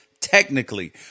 technically